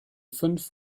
fünf